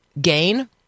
gain